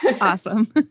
Awesome